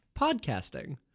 podcasting